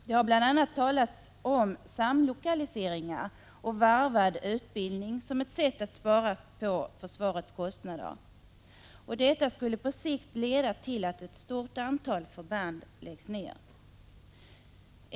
Det har bl.a. talats om samlokaliseringar och varvad utbildning som ett sätt att spara på försvarets kostnader. Detta skulle på sikt leda till att ett stort antal förband läggs ner.